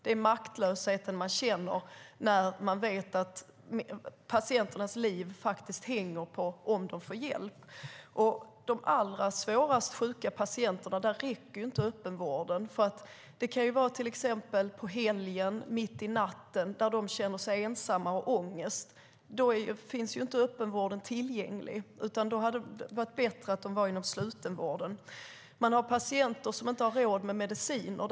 Det är en maktlöshet man känner när man vet att patienternas liv hänger på om de får hjälp eller inte. För de svårast sjuka patienterna räcker inte öppenvården. Det kan vara till exempel på helgen eller mitt i natten att de känner sig ensamma och har ångest. Då är inte öppenvården tillgänglig, utan då hade det varit bättre att de var inom slutenvården. Det finns patienter som inte har råd med mediciner.